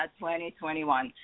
2021